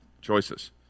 choices